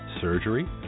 surgery